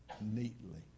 neatly